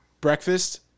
breakfast